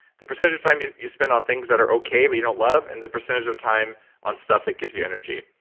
the percentage of time you you spend on things that are okay but you don't love, and the percentage of time on stuff that gives you energy.